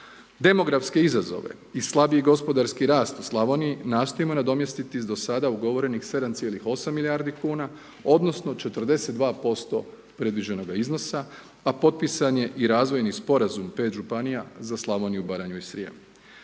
Demografske izazove i slabiji gospodarski rast u Slavoniji nastojimo nadomjestiti s do sada ugovorenih 7,8 milijardi kuna, odnosno 42% predviđenoga iznosa a potpisan je i razvojni sporazum 5 županija za Slavoniju, Baranju i Srijem.